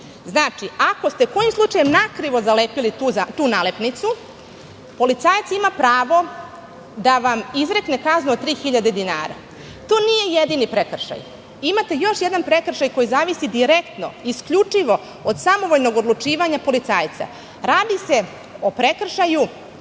Znači, ako ste kojim slučajem nakrivo zalepili tu nalepnicu, policajac ima pravo da vam izrekne kaznu od 3.000 dinara. To nije jedini prekršaj. Imate još jedan prekršaj koji zavisi direktno i isključivo od samovoljnog odlučivanja policajca. Radi se o prekršaju